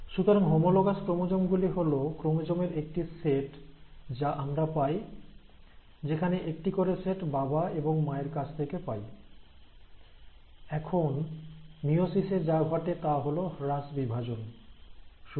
সুতরাং homologous chromosome গুলি হল ক্রোমোজোমের একটি সেট যা আমরা পাই যেখানে একটি করে সেট বাবা এবং মায়ের কাছ থেকে পাই হোমোলোগাস ক্রোমোজোমগুলি হল সেই সমস্ত ক্রোমোজোম যা আমরা পেয়ে থাকি প্রতিটি সেট হিসেবে যার একটি করে সেট বাবা এবং মায়ের কাছ থেকে পাই